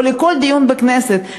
או לכל דיון בכנסת,